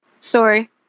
Story